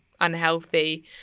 unhealthy